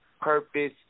purpose